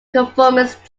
conformist